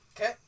okay